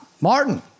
Martin